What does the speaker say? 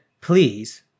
Please